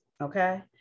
okay